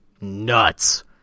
Nuts